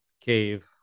cave